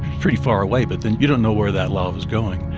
pretty far away. but then you don't know where that lava is going.